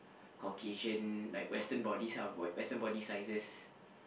Caucasian like western bodies ah We~ Western body sizes